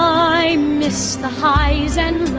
i miss the highs and